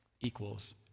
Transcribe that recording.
equals